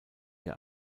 der